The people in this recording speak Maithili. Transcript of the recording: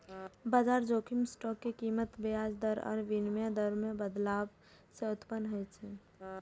बाजार जोखिम स्टॉक के कीमत, ब्याज दर आ विनिमय दर मे बदलाव सं उत्पन्न होइ छै